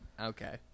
Okay